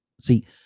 See